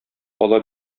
ала